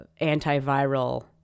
antiviral